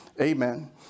Amen